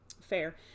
fair